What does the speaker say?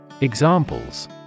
Examples